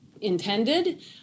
intended